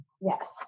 Yes